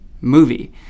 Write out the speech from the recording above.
movie